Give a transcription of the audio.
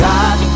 God